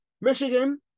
Michigan